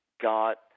got